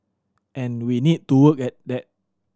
and we need to work at that